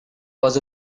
was